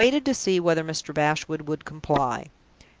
he waited, to see whether mr. bashwood would comply.